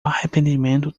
arrependimento